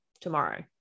tomorrow